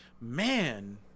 Man